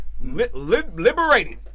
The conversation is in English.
liberated